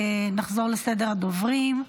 נחזור לסדר הדוברים.